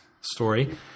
story